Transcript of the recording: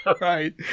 right